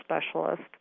specialist